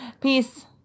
Peace